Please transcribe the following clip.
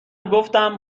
گفتم